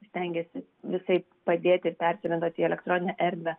stengėsi visaip padėti persiorientuoti į elektroninę erdvę